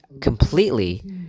completely